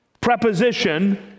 preposition